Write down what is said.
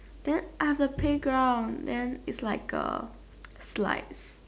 then are the playground then it's like a slides